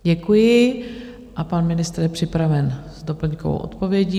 Děkuji a pan ministr je připraven s doplňkovou odpovědí.